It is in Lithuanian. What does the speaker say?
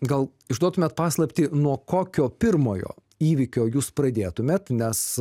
gal išduotumėt paslaptį nuo kokio pirmojo įvykio jūs pradėtumėt nes